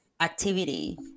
activity